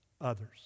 others